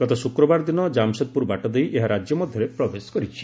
ଗତ ଶୁକ୍ରବାର ଦିନ କାମସେଦପୁର ବାଟ ଦେଇ ଏହା ରାଜ୍ୟ ମଧ୍ୟରେ ପ୍ରବେଶ କରିଛି